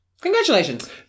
Congratulations